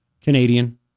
Canadian